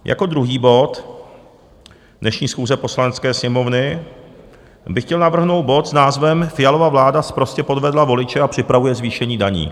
Jako druhý bod dnešní schůze Poslanecké sněmovny bych chtěl navrhnout bod s názvem Fialova vláda sprostě podvedla voliče a připravuje zvýšení daní.